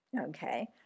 Okay